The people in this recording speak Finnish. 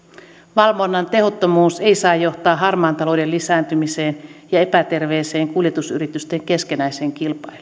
valvonnan tehottomuus ei saa johtaa harmaan talouden lisääntymiseen ja kuljetusyritysten epäterveeseen keskinäiseen kilpailuun